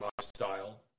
lifestyle